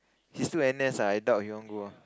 he still n_s ah I doubt he want go ah